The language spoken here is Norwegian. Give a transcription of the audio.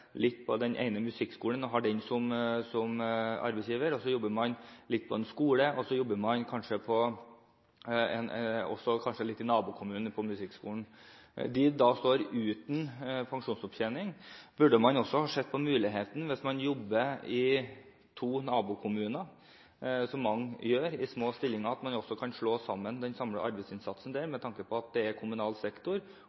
litt på den ene musikkskolen og har den som arbeidsgiver, så jobber man litt på en skole, og så jobber man kanskje litt på musikkskolen i nabokommunen. De står da uten pensjonsopptjening. Hvis man jobber i to nabokommuner, i små stillinger, som mange gjør, burde man da også ha sett på muligheten